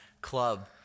club